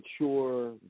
mature